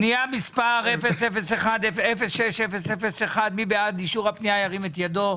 מי בעד פנייה מס' 06-001, ירים את ידו?